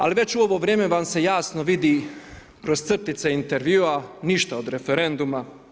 Ali već u ovo vrijeme vam se jasno vidi kroz crtice intervjua, ništa od referenduma.